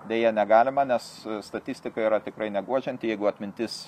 deja negalima nes statistika yra tikrai neguodžianti jeigu atmintis